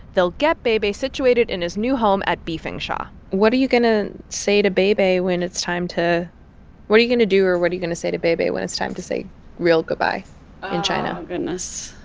they'll get bei bei situated in his new home at bifengxia what are you going to say to bei bei when it's time to what are you going to do or what are you going to say to bei bei when it's time to say real goodbye in china? oh, goodness.